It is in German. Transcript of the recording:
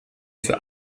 für